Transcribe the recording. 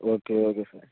okay okay sir